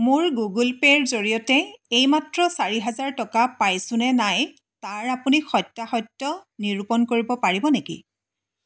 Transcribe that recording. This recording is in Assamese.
মোৰ গুগল পে'ৰ জৰিয়তে এইমাত্ৰ চাৰি হাজাৰ টকা পাইছো নে নাই তাৰ আপুনি সত্যাসত্য নিৰূপণ কৰিব পাৰিব নেকি